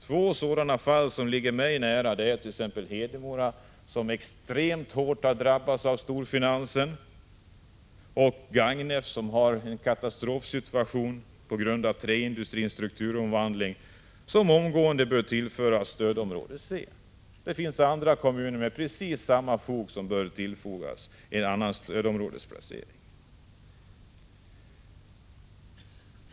Två sådana fall som ligger mig nära är Hedemora, som extremt hårt har drabbats av storfinansen, och Gagnef, som har en katastrofsituation på grund av träindustrins strukturomvandling och omgående bör tillföras stödområde C. Det finns andra kommuner som med precis samma fog bör ges annan stödområdesplacering.